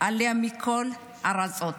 עלייה מכל הארצות.